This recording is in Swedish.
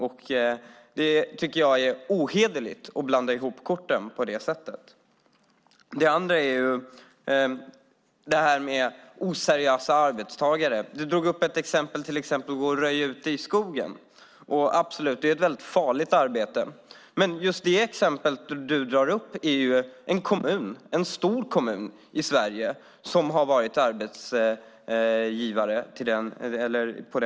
Jag tycker att det är ohederligt att blanda ihop korten på det sättet. Det andra gäller det här med oseriösa arbetsgivare. Du drog upp ett exempel om röjning i skogen. Det är absolut ett farligt arbete. Men när det gäller just den praktikplatsen, som du gav som exempel, var det en stor kommun i Sverige som var arbetsgivare.